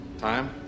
Time